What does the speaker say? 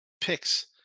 picks